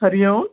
Hari Om